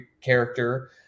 character